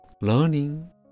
Learning